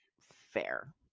Fair